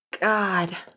God